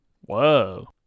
Whoa